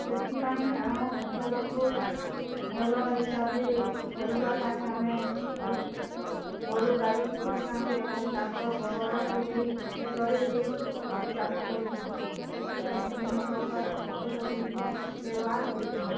ସେଥିପାଇଁ ଆମ ଫସଲକୁ ଭଲ ହିସାବରେ କରିବାପାଇଁ ଆମେ ଗୋରୁ ଗାଈ ପୋଷିଥାନ୍ତୁ ଏବଂ ତାଙ୍କର ଗୋବରକୁ ନେଇ କ୍ଷେତରେ ଦେଇ ଆମେ ଚାଷ କରିଥାଉ ସେଥିପାଇଁ ବିଭିନ୍ନ ପ୍ରକାର ଔଷଧ ଗୁଡ଼ିକ ବ୍ୟବହାର କରିଥାଉ